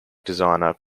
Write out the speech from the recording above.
designer